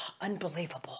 unbelievable